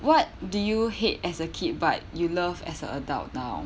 what do you hate as a kid but you love as an adult now